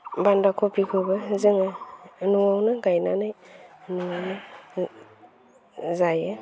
बान्दाखबिखोबो जोङो न'आवनो गायनानै न'आवनो जायो